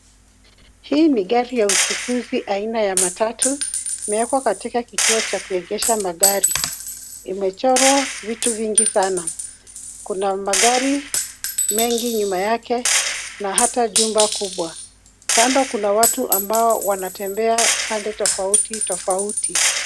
Hii ni gari ya uchukuzi aina ya matatu. Imewekwa katika kituo cha kuegesha magari. Imechorwa vitu vingi sana. Kuna magari mengi nyuma yake na hata jumba kubwa. Kando kuna watu ambao wanatembea pande tofauti tofauti.